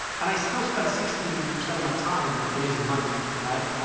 and i still spend sixty percent of my time raising money, right.